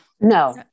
No